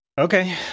Okay